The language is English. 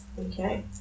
Okay